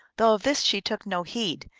though of this she took no heed,